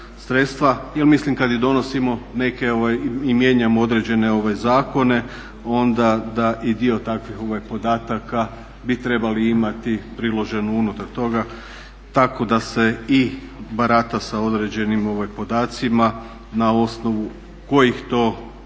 Jer mislim kad je donosimo neke i mijenjamo određene zakone onda da i dio takvih podataka bi trebali imati priloženo unutar toga tako da se i barata sa određenim podacima na osnovu kojih to skupina